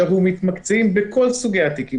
אנחנו מתמקצעים בכל סוגי התיקים.